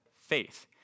faith